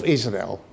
Israel